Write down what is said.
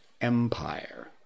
Empire